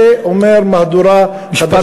זה אומר מהדורה חדשה,